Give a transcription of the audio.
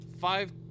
five